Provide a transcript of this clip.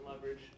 leverage